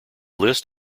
list